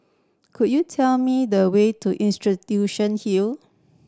could you tell me the way to Institution Hill